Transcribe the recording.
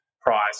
price